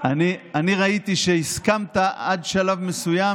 אני ראיתי שהסכמת עד שלב מסוים,